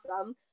awesome